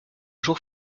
jour